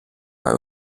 bei